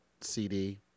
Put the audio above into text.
CD